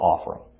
offering